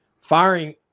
firing